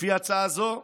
לפי ההצעה הזו,